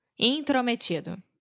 Intrometido